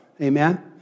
Amen